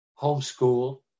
homeschool